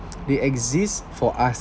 they exist for us